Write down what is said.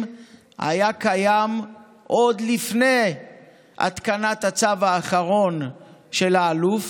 היה קיים עוד לפני התקנת הצו האחרון של האלוף,